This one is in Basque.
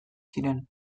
ziren